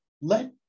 Let